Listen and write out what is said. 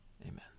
Amen